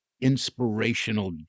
inspirational